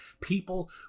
People